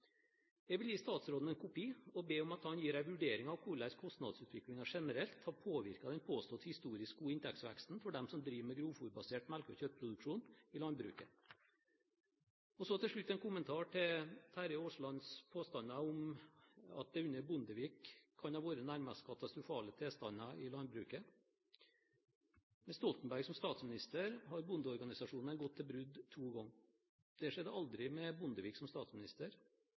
Jeg vil gi statsråden en kopi og be om at han gir en vurdering av hvordan kostnadsutviklingen generelt har påvirket den påstått historisk gode inntektsveksten for dem som driver med grovfôrbasert melke- og kjøttproduksjon i landbruket. Så til slutt en kommentar til Terje Aaslands påstander om at det under Bondevik II-regjeringen skal ha vært nærmest katastrofale tilstander i landbruket. Med Stoltenberg som statsminister har bondeorganisasjonene gått til brudd to ganger. Det skjedde aldri med Bondevik som statsminister.